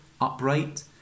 upright